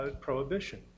prohibition